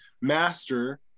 master